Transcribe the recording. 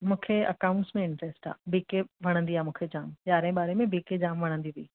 मूंखे अकाउंट्स में इंट्रेस्ट आहे बी के वणंदी आहे मूंखे जाम यारहें ॿारहें में बी के जाम वणन्दी हुई